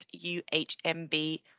UHMB